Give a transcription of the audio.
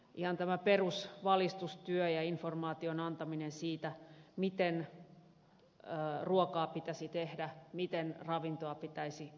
ihan tämän perusvalistustyön ja informaation antamisen siitä miten ruokaa pitäisi tehdä miten ravintoa pitäisi saada